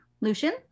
Lucian